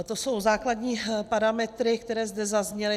To jsou základní parametry, které zde zazněly.